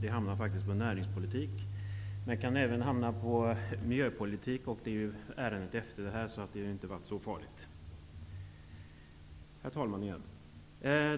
Det hamnade faktiskt under rubriken Näringspolitik, men kunde även ha hamnat under Miljöpolitik. Det är ju ärendet efter detta, så det hade inte varit så farligt. Herr talman!